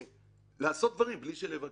לעשות דברים מבלי שנבקש.